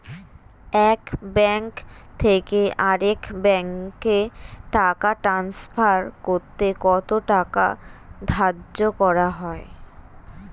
এক ব্যাংক থেকে আরেক ব্যাংকে টাকা টান্সফার করতে কত টাকা ধার্য করা হয়?